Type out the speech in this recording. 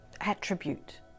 attribute